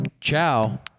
ciao